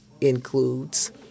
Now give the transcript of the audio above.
includes